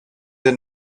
des